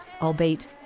albeit